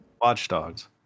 watchdogs